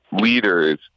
leaders